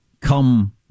come